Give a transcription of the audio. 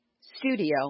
Studio